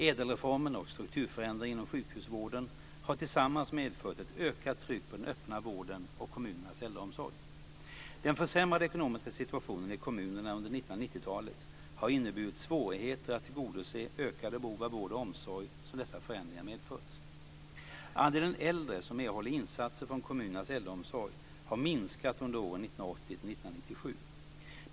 Ädelreformen och strukturförändringar inom sjukhusvården har tillsammans medfört ett ökat tryck på den öppna vården och kommunernas äldreomsorg. Den försämrade ekonomiska situationen i kommunerna under 1990-talet har inneburit svårigheter att tillgodose de ökade behov av vård och omsorg som dessa förändringar medfört. 1997.